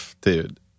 dude